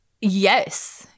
yes